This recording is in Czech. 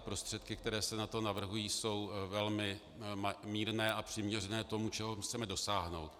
Prostředky, které se na to navrhují, jsou velmi mírné a přiměřené tomu, čeho chceme dosáhnout.